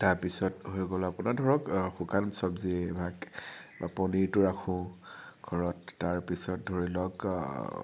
তাৰপিছত হৈ গ'ল আপোনাৰ ধৰক শুকান চবজী পনীৰটো ৰাখোঁ ঘৰত তাৰপিছত ধৰি লওক